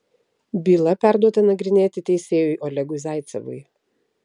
byla perduota nagrinėti teisėjui olegui zaicevui